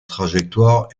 trajectoire